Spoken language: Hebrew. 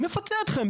נפצה אתכם,